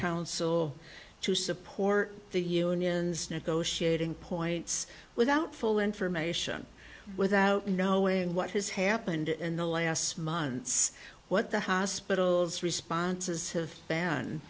council to support the union's negotiating points without full information without knowing what has happened in the last months what the hospital's responses